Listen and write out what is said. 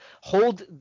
hold